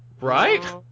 Right